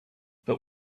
but